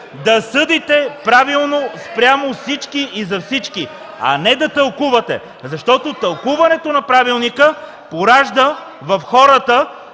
да съдите правилно спрямо всички и за всички, а не да тълкувате, защото тълкуването на правилника поражда в хората